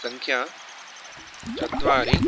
संख्या चत्वारि